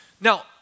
Now